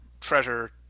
treasure